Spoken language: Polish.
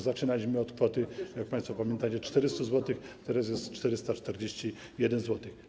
Zaczynaliśmy od kwoty, jak państwo pamiętacie 400 zł, teraz jest 441 zł.